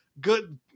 good